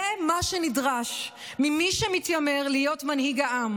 זה מה שנדרש ממי שמתיימר להיות מנהיג העם.